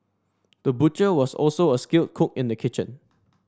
the butcher was also a skilled cook in the kitchen